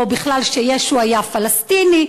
או בכלל שישו היה פלסטיני.